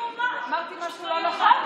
אמרתי משהו לא נכון?